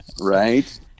Right